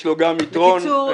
בקיצור,